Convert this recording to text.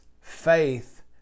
faith